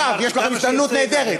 עכשיו יש לכם הזדמנות נהדרת,